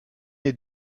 est